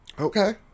Okay